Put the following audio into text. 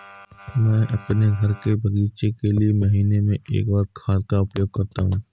मैं अपने घर के बगीचे के लिए महीने में एक बार खाद का उपयोग करता हूँ